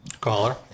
Caller